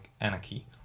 anarchy